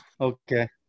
Okay